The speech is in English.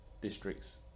districts